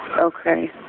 Okay